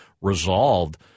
resolved